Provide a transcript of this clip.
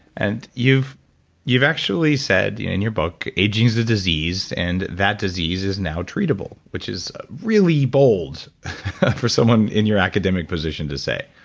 and you've you've actually said in your book, aging is a disease. and that disease is now treatable, which is really bold for someone in your academic position to say.